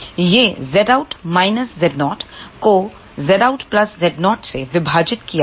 यह Zout Z0 को Zout Z0 से विभाजित किया गया